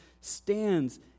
stands